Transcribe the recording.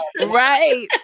Right